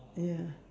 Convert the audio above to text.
ya